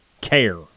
Care